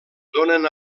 donen